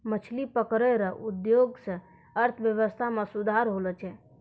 मछली पकड़ै रो उद्योग से अर्थव्यबस्था मे सुधार होलो छै